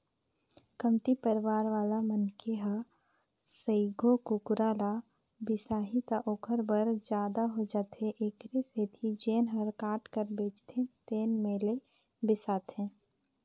कमती परवार वाला मनखे ह सइघो कुकरा ल बिसाही त ओखर बर जादा हो जाथे एखरे सेती जेन ह काट कर बेचथे तेन में ले बिसाथे